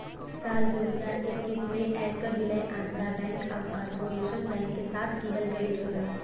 साल दू हज़ार इक्कीस में ऐकर विलय आंध्रा बैंक आउर कॉर्पोरेशन बैंक के साथ किहल गयल रहल